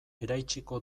eraitsiko